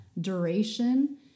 duration